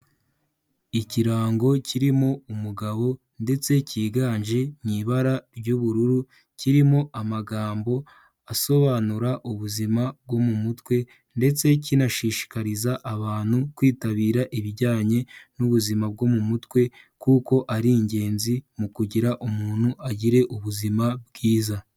Ikirango kirimo umugabo ndetse cyiganje mu ibara ry'ubururu, kirimo amagambo asobanura ubuzima bwo mu mutwe ndetse kinashishikariza abantu kwitabira ibijyanye n'ubuzima bwo mu mutwe kuko ari ingenzi mu kugira umuntu agire ubuzima bwiza.